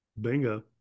Bingo